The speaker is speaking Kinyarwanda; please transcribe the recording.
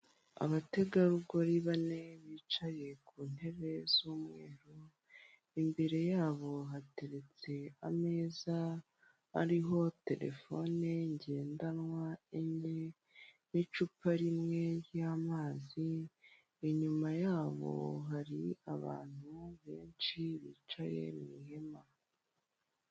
Abategarugori bane bicaye ku ntebe z'umweru, imbere yabo hateretse ameza ariho telefoni ngendanwa enye n'icupa rimwe ry'amazi, inyuma yabo hari abantu benshi bicaye mu ihema.